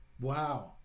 Wow